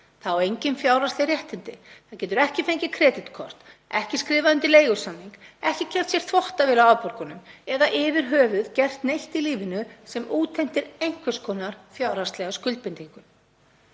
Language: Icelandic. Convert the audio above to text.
á engin fjárhagsleg réttindi. Það getur ekki fengið kreditkort, ekki skrifað undir leigusamninga, ekki keypt sér þvottavél á afborgunum eða yfirhöfuð gert neitt í lífinu sem útheimtir einhvers konar fjárhagslegar skuldbindingar.